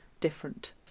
different